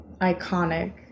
Iconic